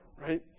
right